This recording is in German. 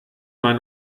man